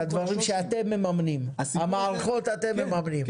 לדברים שאתם מממנים, את המערכות אתם מממנים.